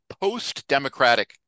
post-democratic